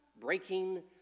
breaking